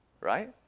right